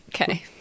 Okay